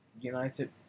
United